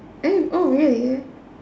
eh oh really